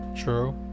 True